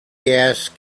gas